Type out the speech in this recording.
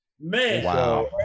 Man